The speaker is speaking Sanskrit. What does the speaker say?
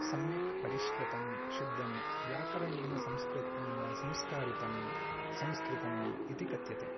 सम्यक् परिष्कृतं शुद्धं व्याकरणेन संस्कृतं संस्कारितं संस्कृतम् इति कथ्यते